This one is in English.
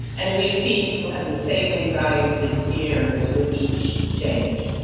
and we've seen people have the same anxieties and fears with each change.